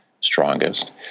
strongest